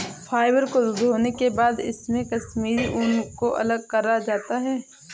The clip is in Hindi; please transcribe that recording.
फ़ाइबर को धोने के बाद इसमे से कश्मीरी ऊन को अलग करा जाता है